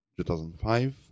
2005